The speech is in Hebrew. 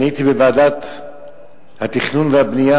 אני הייתי בוועדת התכנון והבנייה,